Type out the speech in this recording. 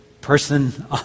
person